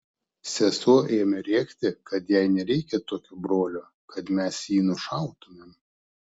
sesuo ėmė rėkti kad jai nereikia tokio brolio kad mes jį nušautumėm